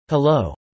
Hello